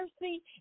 mercy